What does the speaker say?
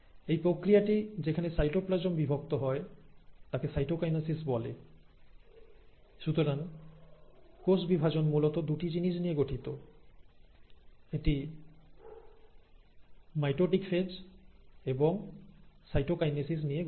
এই প্রক্রিয়াটি যেখানে সাইটোপ্লাজম বিভক্ত হয় তাকে সাইটোকাইনেসিস বলে সুতরাং কোষ বিভাজন মূলত দুটি জিনিস নিয়ে গঠিত এটি মাইটোটিকফেজ এবং সাইটোকাইনেসিস নিয়ে গঠিত